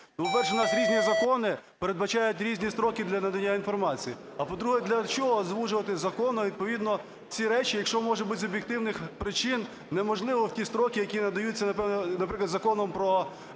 По-перше, у нас різні закони передбачають різні строки для надання інформації. А, по-друге, для чого звужувати закон і відповідно ці речі, якщо може бути з об'єктивних причин неможливо в ті строки, які надаються, наприклад, Законом про